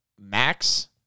Max